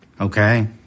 Okay